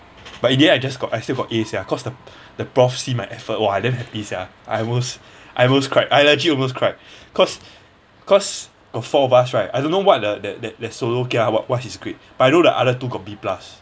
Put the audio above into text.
but in the end I just got I still got A sia cause the the prof see my effort !wah! I damn happy sia I almost I almost cried I legit almost cried cause cause the four of us right I don't know what that that that solo kia what what his grade but I know the other two got B plus